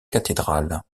cathédrale